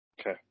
okay